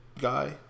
guy